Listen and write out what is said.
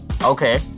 Okay